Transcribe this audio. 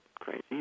crazy